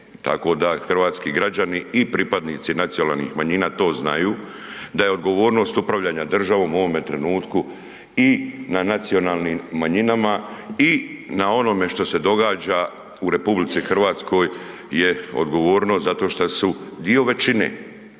hrvatski građani i pripadnici nacionalnih manjina to znaju, da je odgovornost upravljanja državom u ovome trenutku i na nacionalnim manjinama i na onome što se događa u RH je odgovornost, zato što su dio većine.